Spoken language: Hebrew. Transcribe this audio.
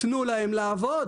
תנו להם לעבוד.